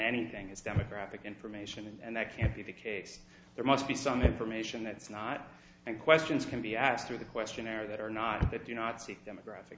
anything is demographic information and that can't be the case there must be some information that's not and questions can be asked to the questionnaire that are not that do not take demographic